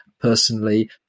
personally